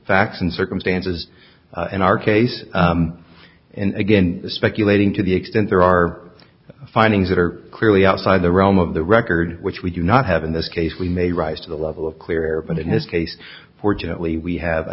facts and circumstances in our case in again speculating to the extent there are findings that are clearly outside the realm of the record which we do not have in this case we may rise to the level of clear but in his case fortunately we have a